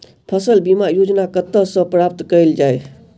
फसल बीमा योजना कतह सऽ प्राप्त कैल जाए?